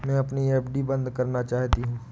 मैं अपनी एफ.डी बंद करना चाहती हूँ